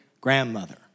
grandmother